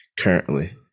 currently